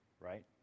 right